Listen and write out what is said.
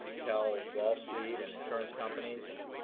tell wall street and insurance companies and